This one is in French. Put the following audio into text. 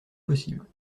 possible